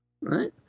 right